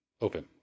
Open